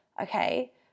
okay